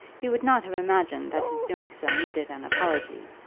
he would not have imagined that his doing so needed an apology.